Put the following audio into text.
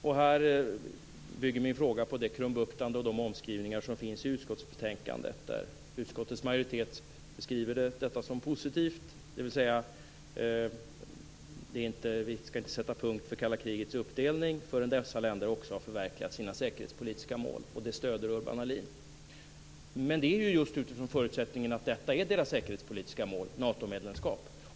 Min fråga bygger på det krumbuktande och de omskrivningar som finns i utskottsbetänkandet, där utskottets majoritet beskriver detta som positivt, dvs. att vi inte ska sätta punkt för kalla krigets uppdelning förrän dessa länder också har förverkligat sina säkerhetspolitiska mål, och det stöder Urban Ahlin. Men det är ju just utifrån förutsättningen att detta är deras säkerhetspolitiska mål - Natomedlemskap.